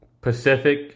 Pacific